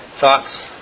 Thoughts